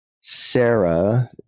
Sarah